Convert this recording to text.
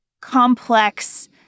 complex